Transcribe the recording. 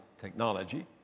technology